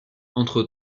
entre